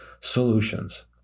solutions